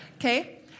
Okay